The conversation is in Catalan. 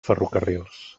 ferrocarrils